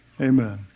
Amen